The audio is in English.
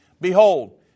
Behold